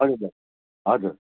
हजुर दा हजुर